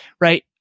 Right